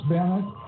Bennett